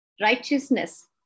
righteousness